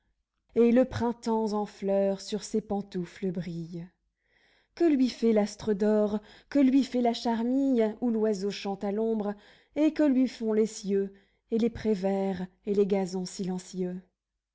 et le printemps en fleurs sur ses pantoufles brille que lui fait l'astre d'or que lui fait la charmille où l'oiseau chante à l'ombre et que lui font les cieux et les prés verts et les gazons silencieux